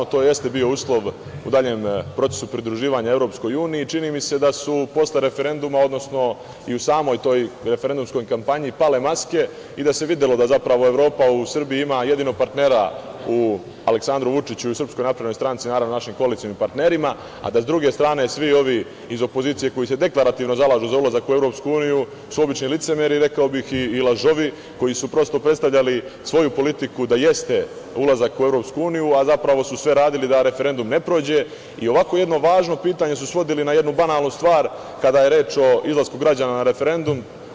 To jeste bio uslov u procesu pridruživanje EU i čini mi se da su posle referenduma, odnosno i u samoj toj referendumskoj kampanji pale maske i da se videlo da zapravo Evropa u Srbiji ima jedinog partnera u Aleksandru Vučiću i u SNS, naravno našim koalicionim partnerima, a da sa druge strane svi ovi iz opozicije koji se deklarativno zalažu za ulazak u EU su obični licemeri, rekao bih i lažovi koji su prosto predstavljali svoju politiku da jeste ulazak u EU, a zapravo su sve radili da referendum ne prođe i ovako jedno važno pitanje su svodili na jednu banalnu stvar kada je reč o izlasku građana na referendum.